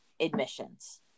admissions